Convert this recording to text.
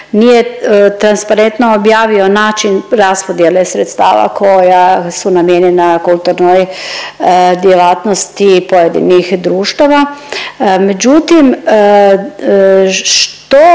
transparentno objavio način raspodjele sredstava koja su namijenjena kulturnoj djelatnosti pojedinih društava, međutim, što